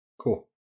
Cool